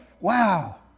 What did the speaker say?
wow